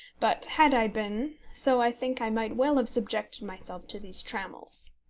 but had i been so i think i might well have subjected myself to these trammels.